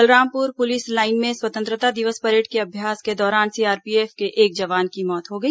Balrampur police line में स्वतंत्रता दिवस परेड के अभ्यास के दौरान सीआरपीएफ के एक जवान की मौत हो गई